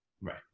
Right